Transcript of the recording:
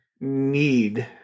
need